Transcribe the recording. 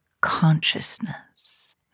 consciousness